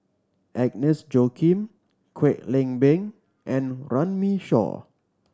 Agnes Joaquim Kwek Leng Beng and Runme Shaw